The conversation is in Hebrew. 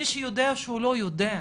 מי שיודע שהוא לא - יודע,